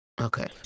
Okay